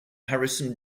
harrison